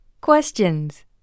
Questions